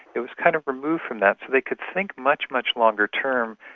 it was kind of removed from that. so they could think much, much longer-term,